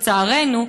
לצערנו,